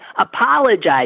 apologize